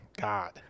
God